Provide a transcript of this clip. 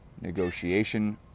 negotiation